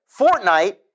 Fortnite